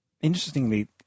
Interestingly